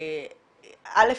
א.